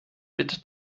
bitte